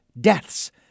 deaths